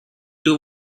two